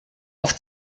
auf